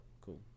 cool